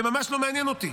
זה ממש לא מעניין אותי.